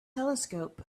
telescope